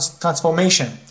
transformation